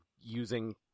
using